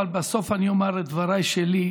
אבל בסוף אומר את דבריי שלי,